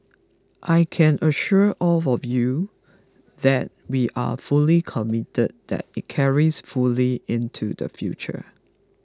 I can assure all of you that we are fully committed that it carries fully into the future